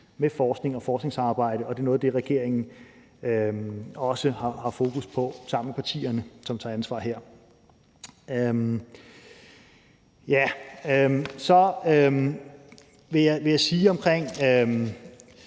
med forskning og forskningssamarbejde, og det er noget af det, regeringen også har fokus på sammen med partierne, som tager ansvar her. Så til det, der blev sagt omkring